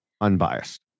unbiased